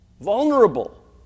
vulnerable